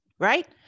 Right